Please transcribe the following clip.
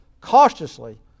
cautiously